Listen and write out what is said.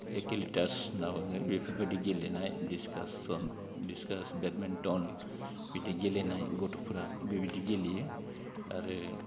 एकेलिटास होनना बुङो बेफोरबायदि गेलेनाय दिसखास बेदमिन्थन बिदि गेलेनाय गथ'फोरा बेबायदि गेलेयो आरो